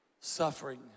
suffering